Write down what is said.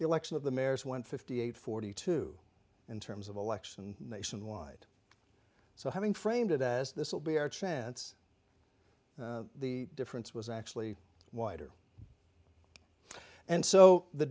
the election of the mare's won fifty eight forty two in terms of election nationwide so having framed it as this will be our chance the difference was actually wider and so the